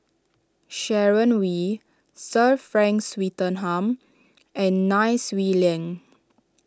Sharon Wee Sir Frank Swettenham and Nai Swee Leng